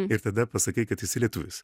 ir tada pasakai kad esi lietuvis